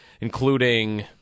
including